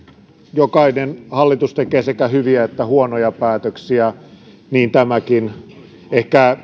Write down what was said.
jokainen hallitus tekee sekä hyviä että huonoja päätöksiä niin tämäkin ehkä